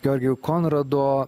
georgijo konrado